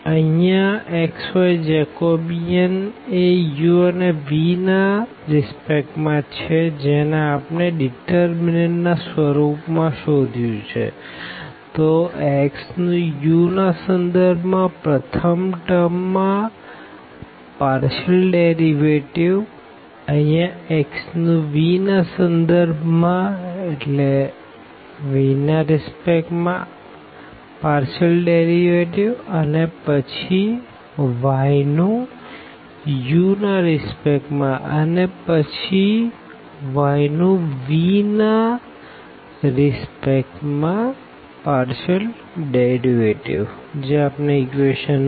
તો અહિયાં x yજેકોબિયનએ u અને v ના સંદર્ભ માં છે જેને આપણે ડીટરમીનન્ટ ના સ્વરૂપ માં શોધ્યું છેતો x નું u ના સંદર્ભ માં પ્રથમ ટર્મ માં પાર્શિઅલ ડીટરમીનન્ટઅહિયાં x નું v ના સંદર્ભ માં પાર્શિઅલ ડીટરમીનન્ટઅને પછી y નું u ના સંદર્ભ માં અને પછી y નું vના સંદર્ભ માં પાર્શિઅલ ડીટરમીનન્ટ